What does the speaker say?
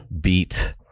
beat